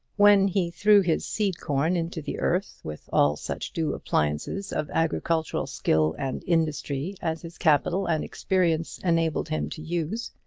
when he threw his seed corn into the earth with all such due appliances of agricultural skill and industry as his capital and experience enabled him to use,